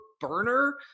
burner